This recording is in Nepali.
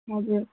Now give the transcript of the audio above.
हजुर